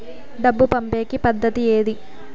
డబ్బు పంపేకి పద్దతి ఏది